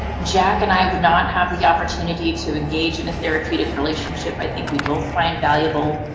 jack and i would not have the opportunity to engage in a therapeutic relationship i think we both find valuable.